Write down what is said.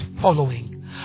following